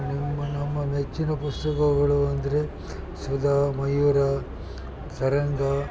ನಮ್ಮ ನಮ್ಮ ನೆಚ್ಚಿನ ಪುಸ್ತಕಗಳು ಅಂದರೆ ಸುಧಾ ಮಯೂರ ತರಂಗ